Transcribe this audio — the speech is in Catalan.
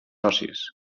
socis